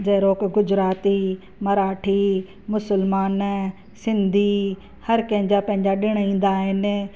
जहिड़ो पोइ गुजराती मराठी मुसलमान सिंधी हर कंहिंजा पंहिंजा ॾिण ईंदा आहिनि